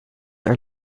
are